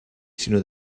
sinó